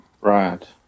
Right